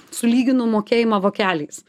sulyginu mokėjimą vokeliais